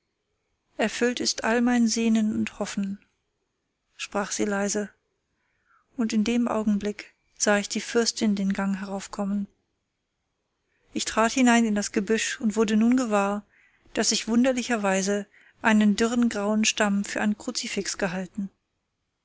erfüllt ist all mein sehnen und hoffen sprach sie leise und in dem augenblick sah ich die fürstin den gang heraufkommen ich trat hinein in das gebüsch und wurde nun gewahr daß ich wunderlicherweise einen dürren grauen stamm für ein kruzifix gehalten